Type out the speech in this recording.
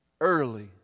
early